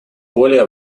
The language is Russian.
более